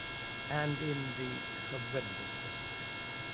and in the horrendous prison camps.